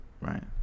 Right